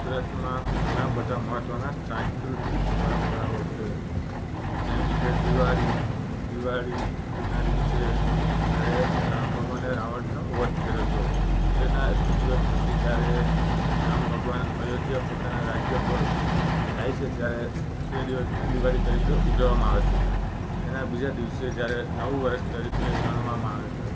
ગુજરાતમાં ઘણા બધા મહત્ત્વના સાંસ્કૃતિક પરંપરાઓ છે જેમ કે દિવાળી દિવાળીના દિવસે જ્યારે રામ ભગવાને રાવણનો વધ કર્યો હતો તેના એકવીસ દિવસ પછી જ્યારે રામ ભગવાન અયોધ્યા પોતાના રાજ્ય પર જાય છે ત્યારે તે દિવસને દિવાળી તરીકે ઉજવવામાં આવે છે એના બીજા દિવસે જ્યારે નવું વર્ષ તરીકે ગણવામાં આવે છે